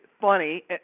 funny